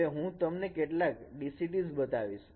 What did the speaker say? હવે હું તમને કેટલાક DCTs બતાવીશ